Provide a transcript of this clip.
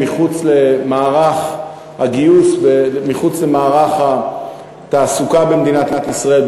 מחוץ למערך הגיוס ומחוץ למערך התעסוקה במדינת ישראל,